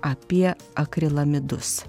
apie akrilamidus